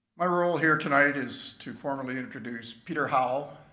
my role here tonight is to formally introduce peter howell